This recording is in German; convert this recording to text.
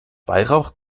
weihrauch